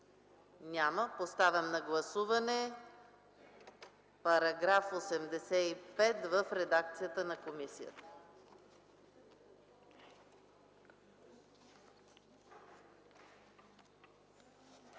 няма. Поставям на гласуване чл. 200 в редакцията на комисията